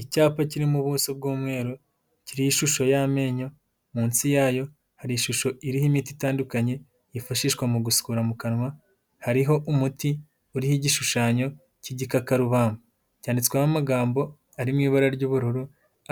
Icyapa kiri mu buso bw'umweru, kiriho ishusho y'amenyo, munsi yayo hari ishusho iriho imiti itandukanye, yifashishwa mu gusukura mu kanwa, hariho umuti uriho igishushanyo cy'igikakarubamba. Cyanditsweho amagambo ari mu ibara ry'ubururu,